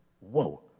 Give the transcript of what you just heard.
Whoa